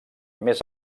més